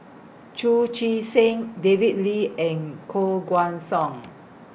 Chu Chee Seng David Lee and Koh Guan Song